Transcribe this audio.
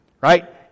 Right